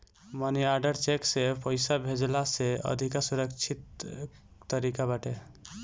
मनी order cheque से पईसा भेजला से अधिका सुरक्षित तरीका बाटे